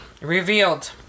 revealed